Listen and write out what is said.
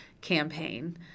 campaign